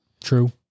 True